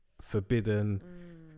forbidden